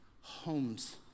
homes